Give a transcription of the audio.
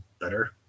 better